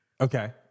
Okay